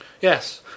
yes